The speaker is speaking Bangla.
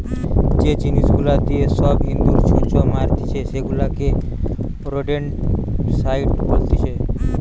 যে জিনিস গুলা দিয়ে সব ইঁদুর, ছুঁচো মারতিছে সেগুলাকে রোডেন্টসাইড বলতিছে